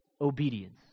obedience